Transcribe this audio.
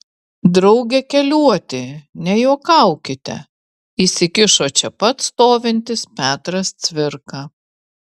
drauge keliuoti nejuokaukite įsikišo čia pat stovintis petras cvirka